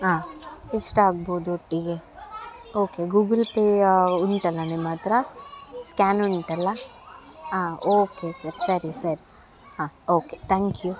ಹಾಂ ಎಷ್ಟಾಗ್ಬೋದು ಒಟ್ಟಿಗೆ ಓಕೆ ಗೂಗುಲ್ ಪೇ ಉಂಟಲ್ಲ ನಿಮ್ಮ ಹತ್ರ ಸ್ಕ್ಯಾನ್ ಉಂಟಲ್ಲ ಹಾಂ ಓಕೆ ಸರ್ ಸರಿ ಸರಿ ಹಾಂ ಓಕೆ ತ್ಯಾಂಕ್ ಯು